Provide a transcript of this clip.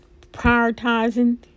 Prioritizing